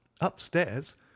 upstairs